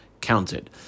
counted